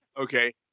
okay